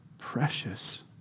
precious